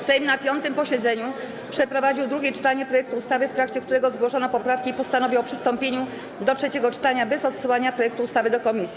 Sejm na 5. posiedzeniu przeprowadził drugie czytanie projektu ustawy, w trakcie którego zgłoszono poprawki, i postanowił o przystąpieniu do trzeciego czytania bez odsyłania projektu ustawy do komisji.